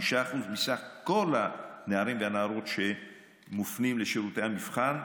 5% מכלל הנערים והנערות שמופנים לשירותי המבחן,